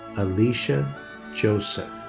alysha joseph.